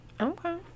Okay